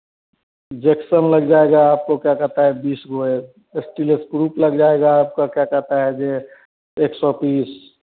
जेक्शन लग जाएगा आपको क्या कहता है बीस क्वाईल एसटीलेस प्रूव लग जाएगा आपका क्या कहता है यह एक सौ तीस